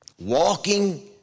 walking